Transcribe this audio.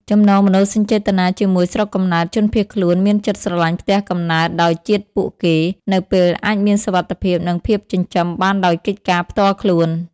ចំណងមនោសញ្ចេតនាជាមួយស្រុកកំណើតជនភៀសខ្លួនមានចិត្តស្រឡាញ់ផ្ទះកំណើតដោយជាតិពួកគេ នៅពេលអាចមានសុវត្ថិភាព និងភាពចិញ្ចឹមបានដោយកិច្ចការផ្ទាល់ខ្លួន។